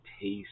taste